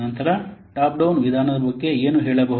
ನಂತರ top down ವಿಧಾನದ ಬಗ್ಗೆ ಏನುಹೇಳೆಬಹುದು